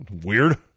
Weird